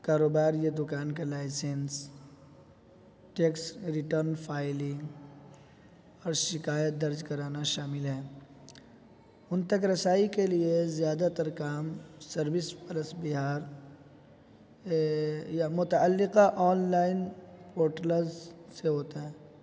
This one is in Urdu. کاروبار یا دکان کا لائسینس ٹیکس ریٹرن فائلنگ اور شکایت درج کرانا شامل ہے ان تک رسائی کے لیے زیادہ تر کام سروس پرس بہار یا متعلقہ آنلائن پورٹلز سے ہوتا ہے